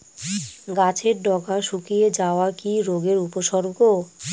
গাছের ডগা শুকিয়ে যাওয়া কি রোগের উপসর্গ?